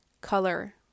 color